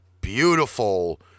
beautiful